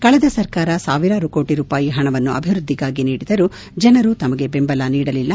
ಕಳೆದ ಸರ್ಕಾರ ಸಾವಿರಾರು ಕೋಟಿ ರೂಪಾಯಿ ಪಣವನ್ನು ಅಭಿವ್ಯದ್ದಿಗಾಗಿ ನೀಡಿದರೂ ಜನರು ತಮಗೆ ಬೆಂಬಲ ನೀಡಲಿಲ್ಲ